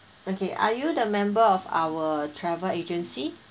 okay are you the member of our travel agency